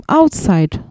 outside